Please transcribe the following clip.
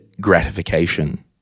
gratification